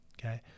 okay